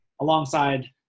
alongside